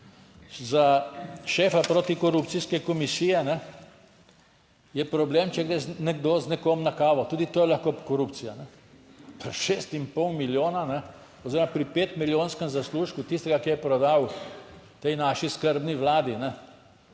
Za šefa protikorupcijske komisije je problem, če gre nekdo z nekom na kavo - tudi to je lahko korupcija? Pri šest in pol milijona oziroma pri pet milijonskem zaslužku tistega, ki je prodal tej naši skrbni vladi.